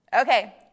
Okay